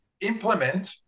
implement